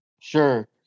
Sure